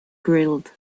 grilled